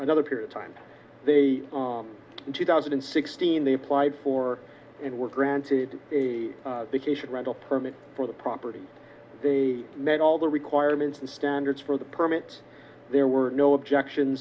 another period time they in two thousand and sixteen they applied for and were granted a vacation rental permit for the property they met all the requirements and standards for the permits there were no objections